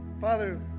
Father